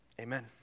amen